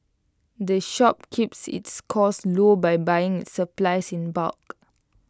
the shop keeps its costs low by buying its supplies in bulk